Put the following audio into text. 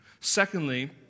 Secondly